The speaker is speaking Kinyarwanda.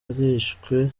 barishwe